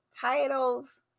titles